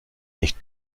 nicht